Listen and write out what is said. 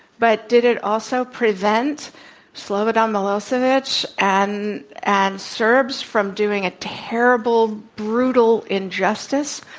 but did it also prevent slobodan milosevic and and serbs from doing a terrible, brutal injustice